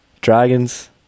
Dragons